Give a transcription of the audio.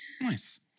nice